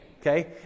okay